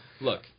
Look